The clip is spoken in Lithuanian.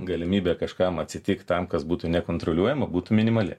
galimybė kažkam atsitikt tam kas būtų nekontroliuojama būtų minimali